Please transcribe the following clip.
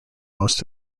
most